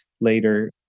later